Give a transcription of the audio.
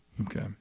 Okay